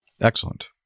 Excellent